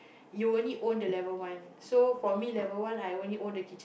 you only own the level one so for me level one I only own the kitchen